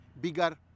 bigger